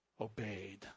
obeyed